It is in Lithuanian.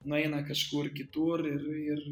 nueina kažkur kitur ir ir